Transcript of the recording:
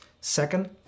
Second